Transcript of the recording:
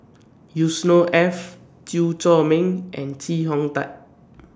Yusnor Ef Chew Chor Meng and Chee Hong Tat